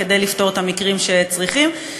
כדי לפתור את המקרים שצריכים זאת.